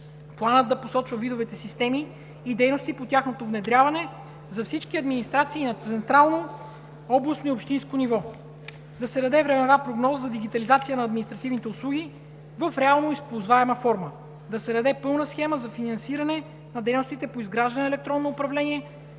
Планът да посочва видове системи и дейности по тяхното внедряване за всички администрации на централно, областно и общинско ниво. Да се даде времева прогноза за дигитализация на административните услуги в реално използваема форма, да се даде пълна схема за финансиране на дейностите по изграждане на е-управление,